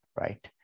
right